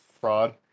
fraud